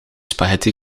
spaghetti